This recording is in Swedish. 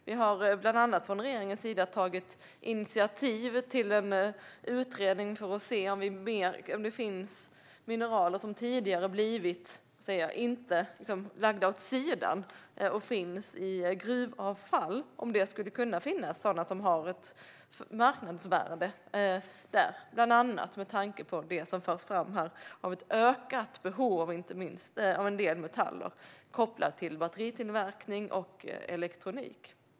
Från regeringens sida har vi bland annat tagit initiativ till en utredning för att se om det finns mineraler som tidigare blivit så att säga lagda åt sidan och nu finns i gruvavfall och om de i så fall har ett marknadsvärde, bland annat med tanke på det som förs fram här om ett ökat behov av en del metaller kopplat till batteritillverkning och elektronik.